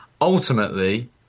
Ultimately